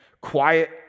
quiet